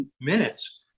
minutes